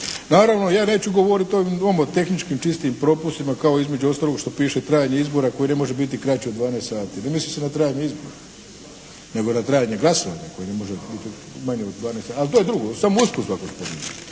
Naravno, ja neću govoriti o ovim nomo-tehničkim čistim propustima kao između ostalog što piše trajanje izbora koji ne može biti kraći od 12 sati. Ne misli se na trajanje izbora, nego na trajanje glasovanja koji n e može biti manje od 12 sati. Ali to je drugo. Samo usput sam spomenuo.